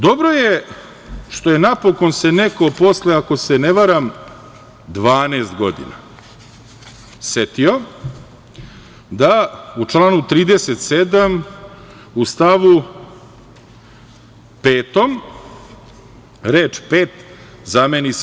Dobro je što se napokon neko posle, ako se ne varam, 12 godina setio da u članu 37. u stavu 5. reč - pet zameni sa